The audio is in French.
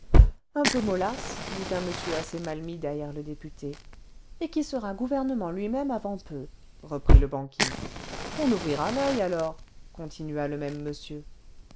un peu mollasse dit un monsieur assez mal mis derrière le député et qui sera gouvernement lui-même avant peu reprit le banquier on ouvrira l'oeil alors continua le même monsieur